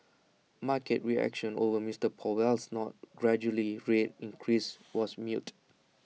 market reaction over Mister Powell's nod gradually rate increases was muted